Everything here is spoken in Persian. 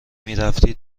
میرفتی